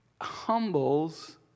humbles